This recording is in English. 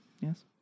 Yes